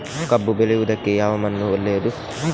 ಕಬ್ಬು ಬೆಳೆಯುವುದಕ್ಕೆ ಯಾವ ಮಣ್ಣು ಒಳ್ಳೆಯದು?